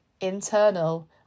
internal